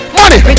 money